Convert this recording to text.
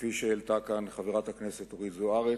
כפי שהעלתה כאן חברת הכנסת אורית זוארץ,